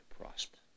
prosper